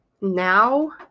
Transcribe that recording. now